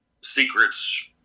secrets